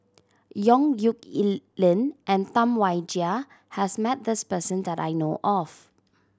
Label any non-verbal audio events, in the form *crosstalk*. Yong Nyuk *unintelligible* Lin and Tam Wai Jia has met this person that I know of